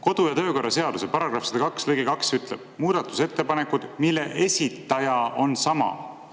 Kodu- ja töökorra seaduse § 102 lõige 2 ütleb, et muudatusettepanekud, mille esitaja on sama,